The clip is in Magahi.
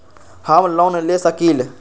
हम लोन ले सकील?